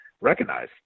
recognize